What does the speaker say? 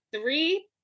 Three